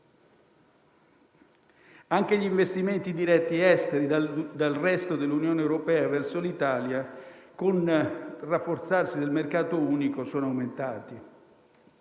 Anche gli investimenti diretti esteri dal resto dell'Unione europea verso l'Italia, con il rafforzarsi del mercato unico, sono aumentati.